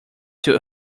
two